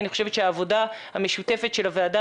אני חושבת שהעבודה המשותפת של הוועדה